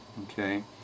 okay